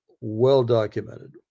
well-documented